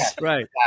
right